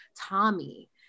tommy